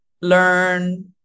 learn